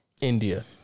India